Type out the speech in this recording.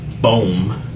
BOOM